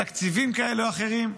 בתקציבים כאלה או אחרים,